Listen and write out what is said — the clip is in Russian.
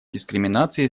дискриминации